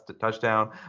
touchdown